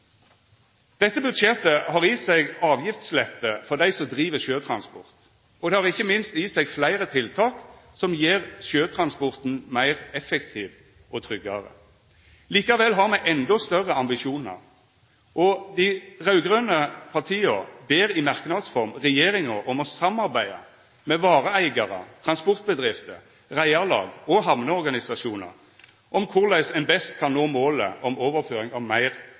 Dette budsjettet har i seg avgiftslette for dei som driv med sjøtransport, og det har ikkje minst i seg fleire tiltak som gjer sjøtransporten meir effektiv og tryggare. Likevel har me endå større ambisjonar. Dei raud-grøne partia ber i merknads form regjeringa om å samarbeida med vareeigarar, transportbedrifter, reiarlag og hamneorganisasjonar om korleis ein best kan nå målet om overføring av meir